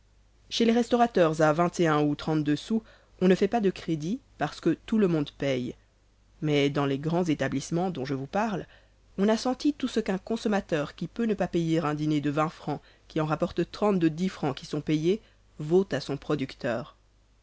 chez les restaurateurs à ou on ne fait pas de crédit parce que tout le monde paye mais dans les grands établissemens dont je vous parle on a senti tout ce qu'un consommateur qui peut ne pas payer un dîner de fr qui en rapporte trente de fr qui sont payés vaut à son producteur